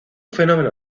fenómeno